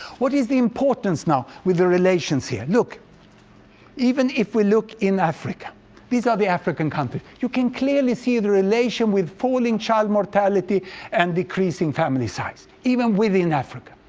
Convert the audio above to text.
what is the importance now with the relations here. look even if we look in africa these are the african countries. you can clearly see the relation with falling child mortality and decreasing family size, even within africa.